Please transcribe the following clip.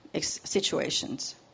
situations